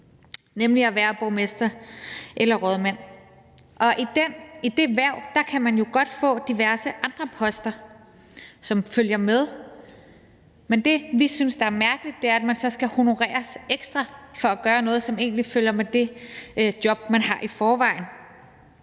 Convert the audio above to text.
nemlig at være borgmester eller rådmand. Og i det hverv kan man jo godt få diverse andre poster, som følger med, men det, vi synes er mærkeligt, er, at man så skal honoreres ekstra for at gøre noget, som egentlig følger med det job, man har i forvejen.